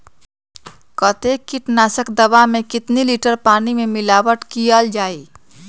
कतेक किटनाशक दवा मे कितनी लिटर पानी मिलावट किअल जाई?